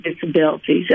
disabilities